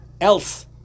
else